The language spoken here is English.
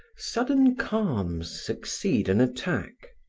sudden calms succeed an attack.